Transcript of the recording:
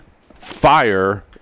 fire